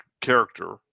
character